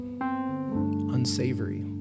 unsavory